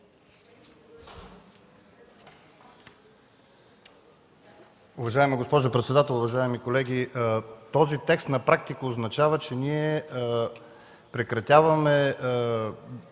Уважаема госпожо председател, уважаеми колеги! Този текст на практика означава, че ние прекратяваме